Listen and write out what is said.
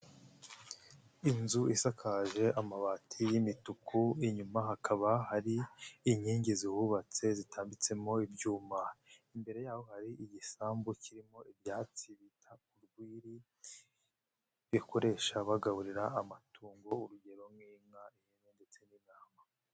Inzu isakaje amabati y'imituku, inyuma hakaba hari inkingi ihubatse zitambitsemo ibyuma, imbere yaho hari igisambu kirimo ibyatsi bita urwiri, bakoresha bagaburira amatungo urugero nk'inka ndetse n'intama.